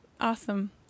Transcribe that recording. Awesome